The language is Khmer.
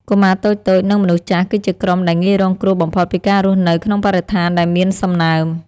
កុមារតូចៗ និងមនុស្សចាស់គឺជាក្រុមដែលងាយរងគ្រោះបំផុតពីការរស់នៅក្នុងបរិស្ថានដែលមានសំណើម។